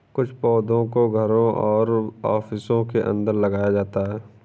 कुछ पौधों को घरों और ऑफिसों के अंदर लगाया जाता है